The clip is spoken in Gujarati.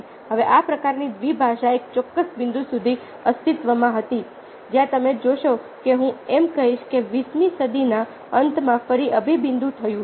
હવે આ પ્રકારની દ્વિભાષા એક ચોક્કસ બિંદુ સુધી અસ્તિત્વમાં હતી જ્યાં તમે જોશો કે હું એમ કહીશ કે 20મી સદીના અંતમાં ફરી અભીબિંદુ થયું